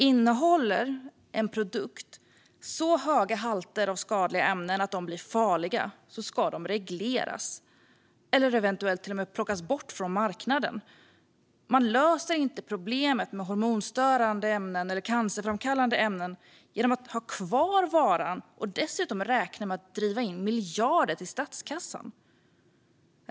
Innehåller en produkt så höga halter av skadliga ämnen att den blir farlig ska den regleras eller eventuellt till och med plockas bort från marknaden. Man löser inte problemet med hormonstörande eller cancerframkallande ämnen genom att ha kvar varan och dessutom räkna med att driva in miljarder till statskassan.